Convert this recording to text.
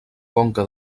conca